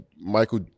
Michael